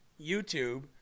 YouTube